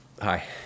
Hi